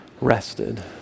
rested